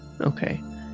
okay